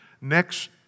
next